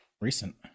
recent